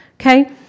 Okay